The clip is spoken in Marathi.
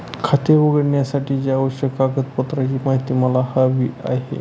खाते उघडण्यासाठीच्या आवश्यक कागदपत्रांची माहिती मला हवी आहे